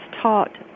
taught